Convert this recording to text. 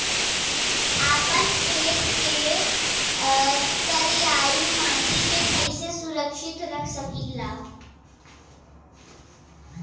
आपन खेत के करियाई माटी के कइसे सुरक्षित रख सकी ला?